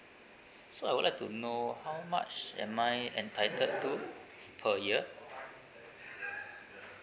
so I would like to know how much am I entitled to per year